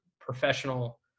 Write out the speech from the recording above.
professional